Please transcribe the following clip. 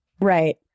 Right